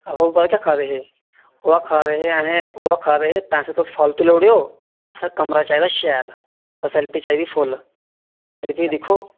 आहो ओह् पता के आक्खा दे हे ओह् आक्खा दे हे अहें ओह् आक्खा दे हे पैसे तुस फालतू लाई उड़ेओ असेंगी कमरा चाहिदा शैल फैसिलिटी चाहिदी फुल्ल ते फ्ही दिक्खो